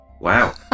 wow